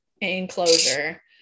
enclosure